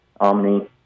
omni